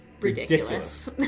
ridiculous